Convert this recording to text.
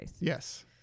Yes